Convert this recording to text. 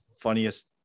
funniest